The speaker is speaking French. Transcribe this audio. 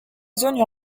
zone